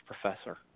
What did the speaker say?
professor